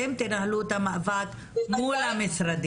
אתן תנהלו את המאבק מול המשרדים.